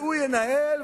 והוא ינהל.